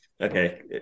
okay